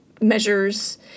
measures